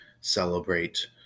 celebrate